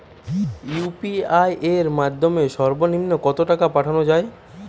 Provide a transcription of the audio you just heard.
UPI এর মাধ্যমে সর্ব নিম্ন কত টাকা পাঠানো য়ায়?